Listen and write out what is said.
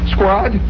Squad